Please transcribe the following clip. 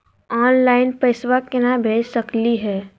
Online पैसवा केना भेज सकली हे?